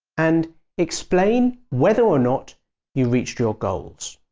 and explain whether or not you reached your goals.